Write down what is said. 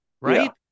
right